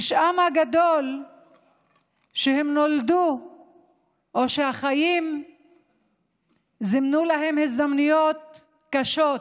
פשעם הגדול שהם נולדו או שהחיים זימנו להם הזדמנויות קשות.